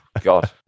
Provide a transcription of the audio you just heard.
God